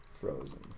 Frozen